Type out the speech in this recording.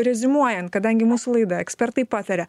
reziumuojant kadangi mūsų laida ekspertai pataria